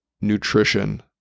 nutrition